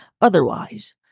otherwise